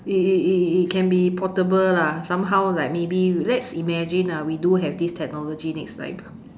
it it it it can be portable lah somehow like maybe let's imagine lah we do have this technology next time